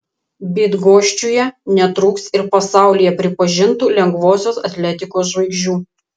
bydgoščiuje netrūks ir pasaulyje pripažintų lengvosios atletikos žvaigždžių